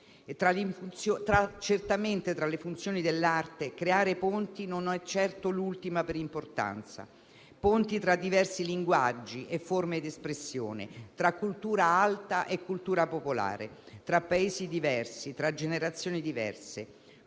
Tra le funzioni dell'arte, creare ponti non è certo l'ultima per importanza: ponti tra diversi linguaggi e forme di espressione, tra cultura alta e cultura popolare, tra Paesi diversi, tra generazioni diverse.